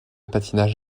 patinage